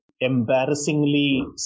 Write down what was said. embarrassingly